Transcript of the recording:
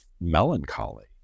melancholy